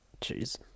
Jeez